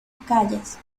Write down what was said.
calles